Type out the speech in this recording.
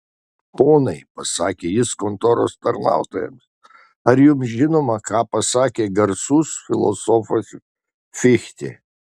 ponai pasakė jis kontoros tarnautojams ar jums žinoma ką pasakė garsus filosofas fichtė